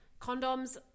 condoms